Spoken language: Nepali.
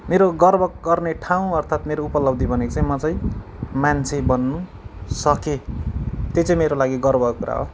मेरो गर्व गर्ने ठाउँ अर्थात् मेरो उपलब्धि भनेको चाहिँ म चाहिँ मान्छे बन्नु सकेँ त्यो चाहिँ मेरो लागि गर्वको कुरा हो